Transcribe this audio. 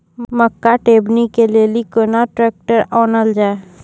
मक्का टेबनी के लेली केना ट्रैक्टर ओनल जाय?